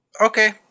Okay